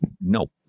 No